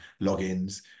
logins